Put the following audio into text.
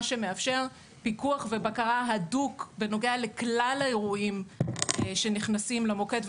מה שמאפשר פיקוח ובקרה הדוק בנוגע לכלל האירועים שנכנסים למוקד,